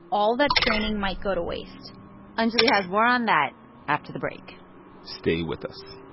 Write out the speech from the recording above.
all that training might go to waste anjuli has more on that after the break stay with us